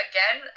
Again